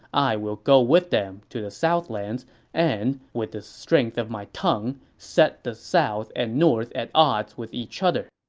i will go with them to the southlands and, on the strength of my tongue, set the south and north at odds with each other.